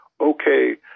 okay